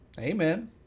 Amen